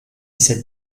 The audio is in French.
cette